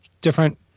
different